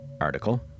article